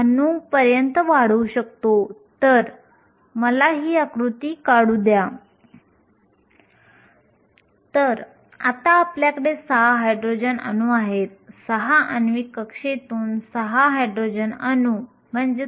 मी आधी नमूद केले आहे की आंतरिक विरूद्ध आपल्याकडे बाह्य अर्धवाहक देखील आहेत हे डोपेड अर्धवाहक आहेत